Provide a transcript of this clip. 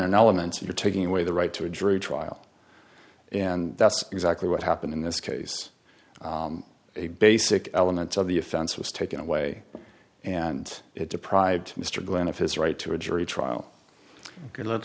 an element you're taking away the right to a jury trial and that's exactly what happened in this case a basic elements of the offense was taken away and it deprived mr grant of his right to a jury trial ok let's